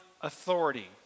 authority